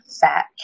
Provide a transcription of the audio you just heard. fat